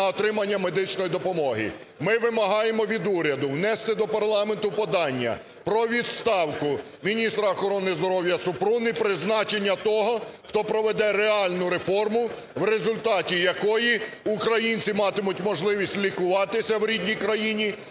на отримання медичної допомоги. Ми вимагаємо від уряду внести до парламенту подання про відставку міністра охорони здоров'я Супрун і призначення того, хто проведе реальну реформу, в результаті якої українці матимуть можливість лікуватися в рідній країн